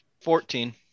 Fourteen